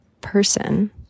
person